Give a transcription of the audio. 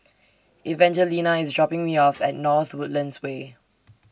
Evangelina IS dropping Me off At North Woodlands Way